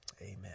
Amen